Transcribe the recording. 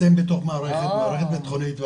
אתם בתור מערכת ביטחונית,